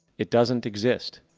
it doesn't exist.